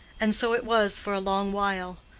and so it was for a long while.